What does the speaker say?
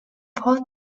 pot